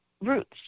roots